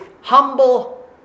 humble